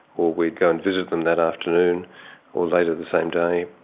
or we'd go and visit them that afternoon or later the same day,